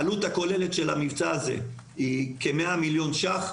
העלות הכוללת של המבצע הזה היא כ-100 מיליון שקלים.